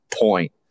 point